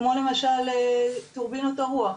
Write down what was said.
כמו למשל טורבינות הרוח,